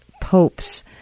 Pope's